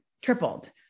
tripled